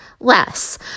Less